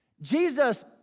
Jesus